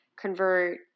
convert